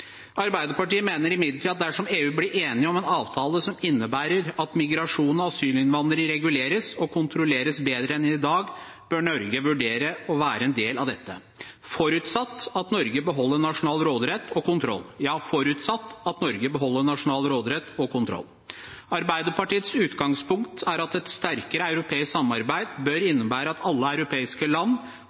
Arbeiderpartiet mener imidlertid at dersom EU blir enige om en avtale som innebærer at migrasjon og asylinnvandring reguleres og kontrolleres bedre enn i dag, bør Norge vurdere å være en del av dette, forutsatt at Norge beholder nasjonal råderett og kontroll – ja, forutsatt at Norge beholder nasjonal råderett og kontroll. Arbeiderpartiets utgangspunkt er at et sterkere europeisk samarbeid bør innebære at alle europeiske land